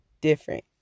different